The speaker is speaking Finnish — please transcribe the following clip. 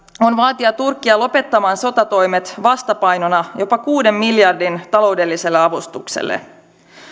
on vaatia turkkia lopettamaan sotatoimet vastapainona jopa kuuden miljardin taloudelliselle avustukselle